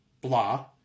blah